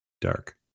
dark